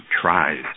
tries